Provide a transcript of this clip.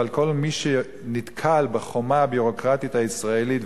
אבל כל מי שנתקל בחומה הביורוקרטית הישראלית,